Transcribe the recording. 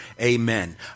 Amen